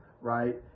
right